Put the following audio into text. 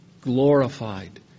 glorified